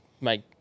make